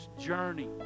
journey